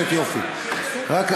מתבשלת, אל תדאג.